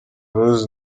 rose